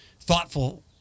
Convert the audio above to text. thoughtful